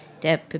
de